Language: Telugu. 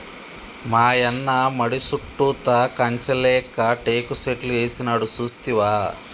మాయన్న మడి సుట్టుతా కంచె లేక్క టేకు సెట్లు ఏసినాడు సూస్తివా